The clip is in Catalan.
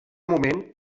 moment